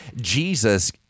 Jesus